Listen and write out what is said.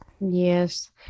Yes